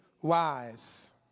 wise